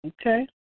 Okay